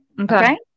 Okay